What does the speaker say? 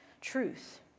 truth